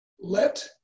let